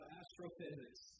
astrophysics